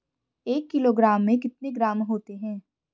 एक किलोग्राम में कितने ग्राम होते हैं?